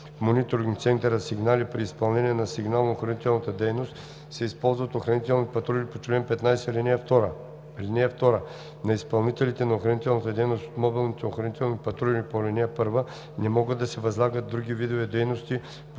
мониторинг-центъра сигнали при изпълнение на сигнално-охранителна дейност се използват охранителни патрули по чл. 15, ал. 2. (2) На изпълнителите на охранителна дейност от мобилните охранителни патрули по ал. 1 не могат да се възлагат други видове дейност